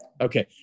Okay